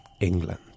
England